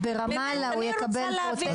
אני רוצה להבין,